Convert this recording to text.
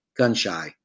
*Gunshy*